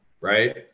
right